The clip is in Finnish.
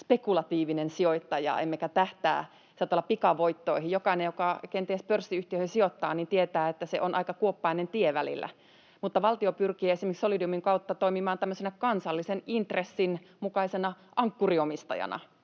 spekulatiivinen sijoittaja emmekä tähtää pikavoittoihin, joita saattaa olla. Jokainen, joka kenties pörssiyhtiöihin sijoittaa, tietää, että se on aika kuoppainen tie välillä. Mutta valtio pyrkii esimerkiksi Solidiumin kautta toimimaan kansallisen intressin mukaisena ankkuriomistajana.